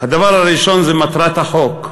הדבר הראשון זה מטרת החוק,